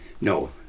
no